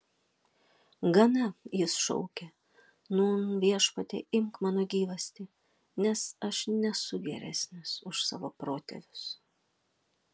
gana jis šaukė nūn viešpatie imk mano gyvastį nes aš nesu geresnis už savo protėvius